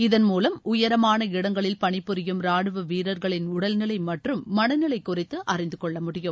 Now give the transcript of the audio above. இதன் மூலம் உயரமான இடங்களில் பணிபுரியும் ரானுவ வீரர்களின் உடல்நிலை மற்றும் மனநிலை குறித்து அறிந்துகொள்ள முடியும்